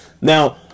now